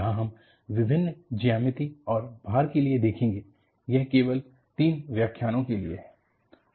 यहां हम विभिन्न ज्यामिति और भार के लिए देखेंगे यह केवल तीन व्याख्यानो के लिए है